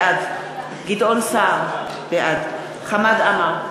בעד גדעון סער, בעד חמד עמאר,